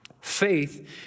Faith